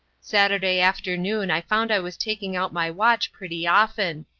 saturday afternoon i found i was taking out my watch pretty often.